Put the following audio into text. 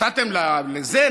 נתתם לזה,